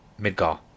Midgar